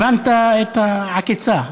הבנת את העקיצה?